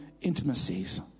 intimacies